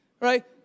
right